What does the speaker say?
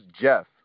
Jeff